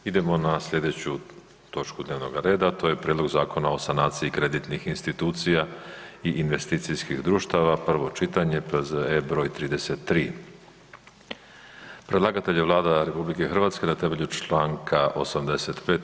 Idemo na sljedeću točku dnevnoga reda: - Prijedlog Zakona o sanaciji kreditnih institucija i investicijskih društava, prvo čitanje, P.Z.E. br. 33; Predlagatelj je Vlada RH na temelju čl. 85.